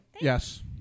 Yes